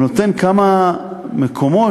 אני נותן כמה מקומות,